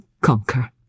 conquer